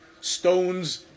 stones